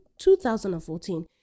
2014